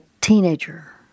teenager